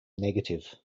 negative